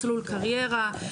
מסלול קריירה,